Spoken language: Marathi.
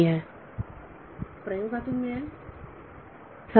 विद्यार्थी प्रयोगातून मिळते